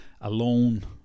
alone